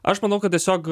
aš manau kad tiesiog